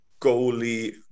goalie